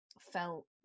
felt